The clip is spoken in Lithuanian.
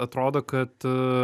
atrodo kad